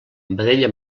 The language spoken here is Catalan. vedella